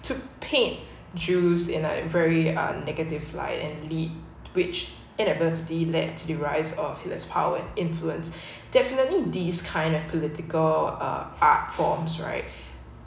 to paint jews in a very a negative light and lead which inadvertently led to the rise of less power and influence definitely these kind of political uh art forms right